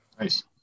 Nice